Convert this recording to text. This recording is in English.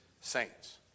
saints